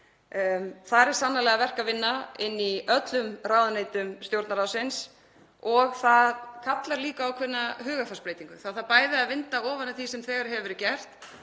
Þar er sannarlega verk að vinna inni í öllum ráðuneytum Stjórnarráðsins og það kallar líka á ákveðna hugarfarsbreytingu. Það þarf að vinda ofan af því sem þegar hefur verið gert